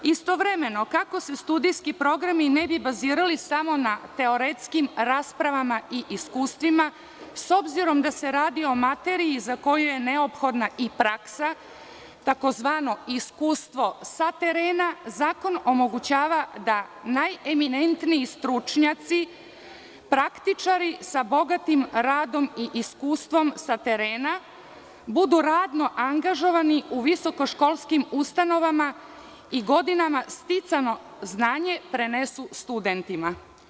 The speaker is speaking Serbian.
Istovremeno, kako se studijski programi ne bi bazirali samo na teretskim raspravama i iskustvima,s obzirom da se radi o materiji za koju je neophodna i praksa tzv. iskustvo sa terena, zakon omogućava da najeminentniji stručnjaci, praktičari sa bogatim radom i iskustvom sa terena budu radno angažovani u visokoškolskim ustanovama i godinama sticanjem znanjem prenesu studentima.